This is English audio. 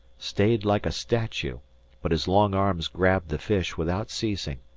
stayed like a statue but his long arms grabbed the fish without ceasing.